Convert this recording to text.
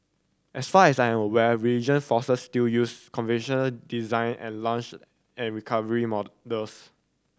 as far as I'm aware regional forces still use convention design and launch and recovery methods